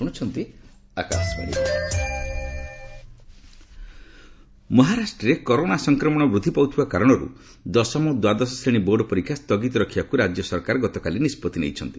board examination ମହାରାଷ୍ଟ୍ରରେ corona ସଂକ୍ରମଣ ବୃଦ୍ଧି ପାଉଥିବା କାରଣରୁ ଦଶମ ଓ ଦ୍ଧାଦଶ ଶ୍ରେଣୀ ବୋର୍ଡପରୀକ୍ଷା ସ୍ଥଗିତ ରଖିବାକୁ ରାଜ୍ୟ ସରକାର ଗତକାଲି ନିଷ୍କଭି ନେଇଛନ୍ତି